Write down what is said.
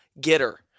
getter